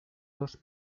dos